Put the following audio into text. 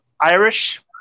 Irish